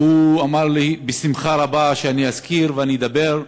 והוא אמר לי: בשמחה רבה, שאני אזכיר ואני אדבר.